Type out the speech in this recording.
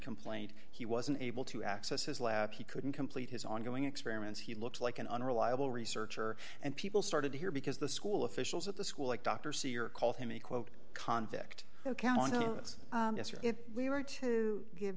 complaints he wasn't able to access his lab he couldn't complete his ongoing experiments he looked like an unreliable researcher and people started to hear because the school officials at the school like dr c or called him a quote convict count on us if we were to give